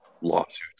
lawsuits